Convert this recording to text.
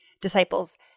disciples